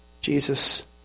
Jesus